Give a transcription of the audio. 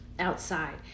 Outside